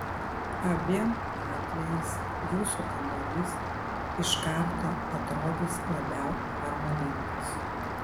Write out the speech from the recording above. abiem atvejais jūsų kambarys iš karto atrodys labiau harmoningas